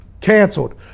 canceled